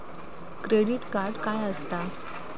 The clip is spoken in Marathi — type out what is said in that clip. क्रेडिट कार्ड काय असता?